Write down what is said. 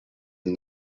and